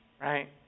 Right